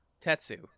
Tetsu